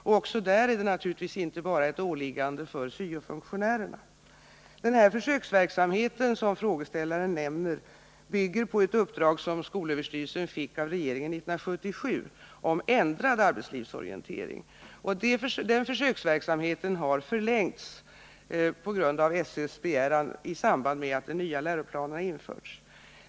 Och även där är det naturligtvis inte bara ett åliggande för SYO-funktionärerna. Den försöksverksamhet som frågeställaren nämner bygger på ett uppdrag som skolöverstyrelsen fick av regeringen 1977 om ändrad arbetslivsorientering. Den försöksverksamheten har förlängts på grund av SÖ:s begäran i samband med att den nya läroplanen har införts.